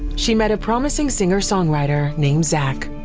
she met a promising singer songwriter named zach.